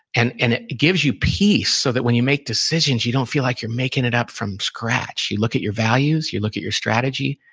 and and it gives you peace, so that when you make decisions, you don't feel like you're making it up from scratch. you look at your values, you look at your strategy,